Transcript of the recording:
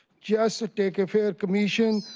just to take a fair commission,